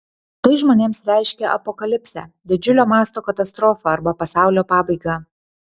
tai žmonėms reiškia apokalipsę didžiulio mąsto katastrofą arba pasaulio pabaigą